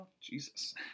Jesus